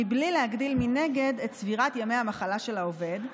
מבלי להגדיל מנגד את צבירת ימי המחלה של העובד,